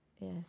Yes